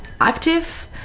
active